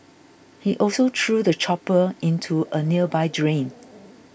he also threw the chopper into a nearby drain